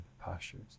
postures